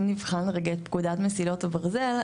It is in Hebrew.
אם נבחן רגע את פקודת מסילות הברזל,